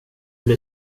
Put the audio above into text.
blir